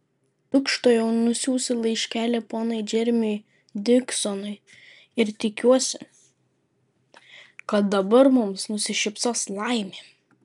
tučtuojau nusiųsiu laiškelį ponui džeremiui diksonui ir tikiuosi kad dabar mums nusišypsos laimė